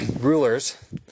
rulers